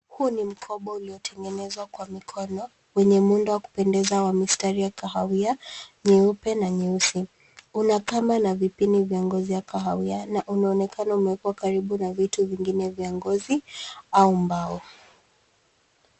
Huu ni mkoba uliotengenezwa kwa mikono wenye muundo wa kupendeza wa mistari kahawia, nyeupe na nyeusi. Una kamba na vipini vya ngozi ya kahawia na unaonekana umewekwa karibu na vitu vingine vya ngozi au mbao.